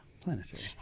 planetary